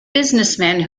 businessmen